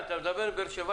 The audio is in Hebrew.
ננעלה בשעה